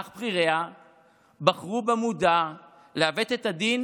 אך בכיריה בחרו במודע לעוות את הדין